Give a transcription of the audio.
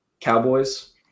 Cowboys